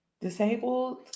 disabled